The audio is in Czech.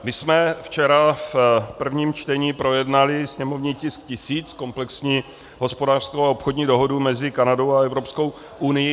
My jsme včera v prvním čtení projednali sněmovní tisk 1000, komplexní hospodářskou a obchodní dohodu mezi Kanadou a Evropskou unií.